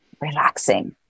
relaxing